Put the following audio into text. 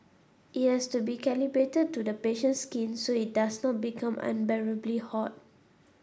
it has to be calibrated to the patient's skin so it does not become unbearably hot